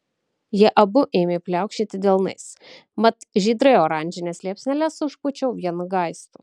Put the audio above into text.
jie abu ėmė pliaukšėti delnais mat žydrai oranžines liepsneles užpūčiau vienu gaistu